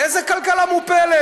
איזו כלכלה מופלת?